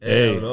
Hey